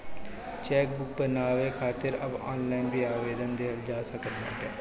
chequebook बनवावे खातिर अब ऑनलाइन भी आवेदन देहल जा सकत बाटे